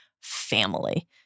family